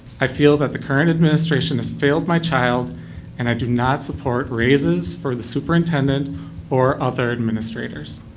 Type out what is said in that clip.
i feel that the current administration has failed my child and i do not support raises for the superintendent or other administrators.